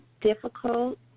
difficult